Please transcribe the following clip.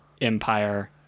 empire